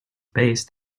based